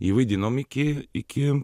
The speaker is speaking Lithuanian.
jį vaidinom iki iki